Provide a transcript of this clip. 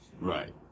Right